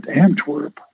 Antwerp